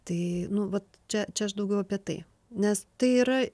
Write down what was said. tai nu vat čia čia aš daugiau apie tai nes tai yra